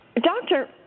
Doctor